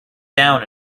down